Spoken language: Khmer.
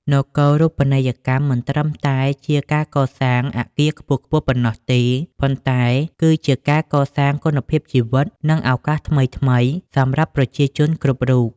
នគរូបនីយកម្មមិនត្រឹមតែជាការសាងសង់អគារខ្ពស់ៗប៉ុណ្ណោះទេ ប៉ុន្តែគឺជាការកសាងគុណភាពជីវិត និងឱកាសថ្មីៗសម្រាប់ប្រជាជនគ្រប់រូប។